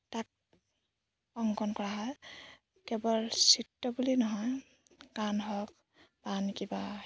তাক অংকন কৰা হয় কেৱল চিত্ৰ বুলি নহয় গান হওক বা আন কিবা